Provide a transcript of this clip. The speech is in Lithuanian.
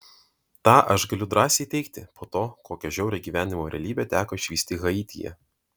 tą aš galiu drąsiai teigti po to kokią žiaurią gyvenimo realybę teko išvysti haityje